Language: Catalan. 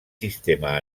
sistema